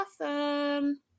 awesome